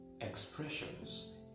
expressions